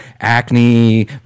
acne